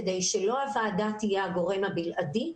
כדי שלא הוועדה תהיה הגורם הבלעדי,